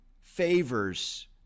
favors